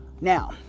Now